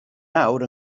nawr